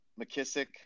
McKissick